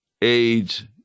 AIDS